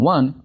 One